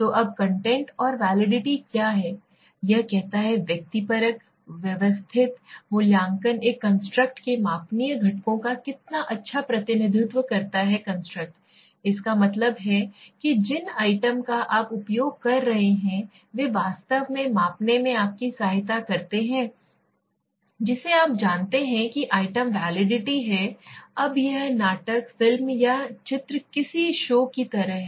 तो अब कंटेंट की वैलिडिटी क्या है यह कहता है व्यक्तिपरक व्यवस्थित मूल्यांकन एक कंस्ट्रक्ट के मापनीय घटकों का कितना अच्छा प्रतिनिधित्व करता है कंस्ट्रक्ट इसका मतलब है कि जिन आइटम का आप उपयोग कर रहे हैं वे वास्तव में मापने में आपकी सहायता करेंगेहै जिसे आप जानते हैं कि आइटम वैलिडिटी है अब यह नाटक फिल्म या चित्र या किसी शो की तरह है